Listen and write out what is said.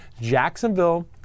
Jacksonville